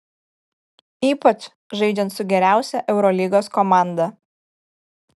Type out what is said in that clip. ypač žaidžiant su geriausia eurolygos komanda